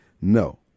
No